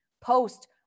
post